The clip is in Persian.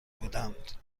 بودند